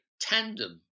tandem